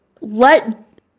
Let